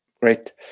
Great